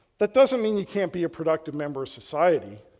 that doesn't mean you can't be a productive member of society.